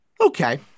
Okay